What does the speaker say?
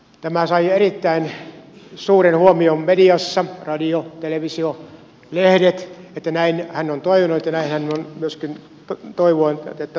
tämä sai erittäin suuren huomion mediassa radio televisio lehdet että näin hän on toivonut ja näin hän on myöskin toivonut tapahtuvan